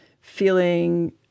feeling